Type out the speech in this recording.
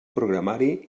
programari